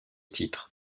titre